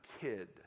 kid